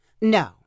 No